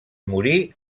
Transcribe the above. morí